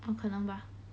可能吧